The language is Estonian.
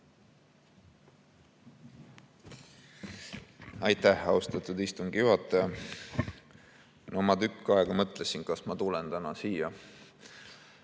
Aitäh, austatud istungi juhataja! Ma tükk aega mõtlesin, kas ma tulen täna siia.